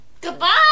goodbye